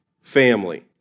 family